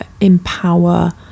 empower